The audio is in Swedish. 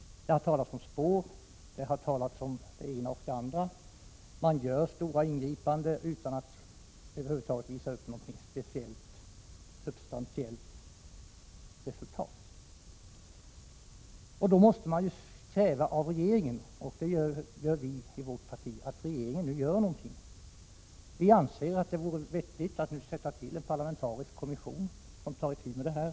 Det har talats om spår, om det ena och om det andra. Polisen gör stora ingripanden utan att över huvud taget visa upp något substantiellt resultat. Då måste man ju kräva av regeringen — och så är fallet med vårt parti — att den gör någonting. Vi anser att det vore vettigt att tillsätta en parlamentarisk kommission som tar itu med hela saken.